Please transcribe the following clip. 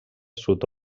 sud